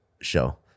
show